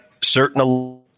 certain